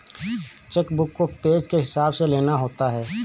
check book को page के हिसाब से लेना होता है